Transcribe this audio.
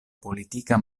politika